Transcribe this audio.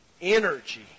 energy